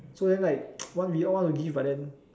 so then like want we all want to give but then